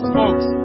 folks